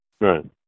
Right